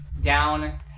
down